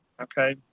Okay